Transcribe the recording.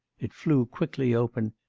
it flew quickly open,